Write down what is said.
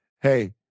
hey